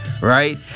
right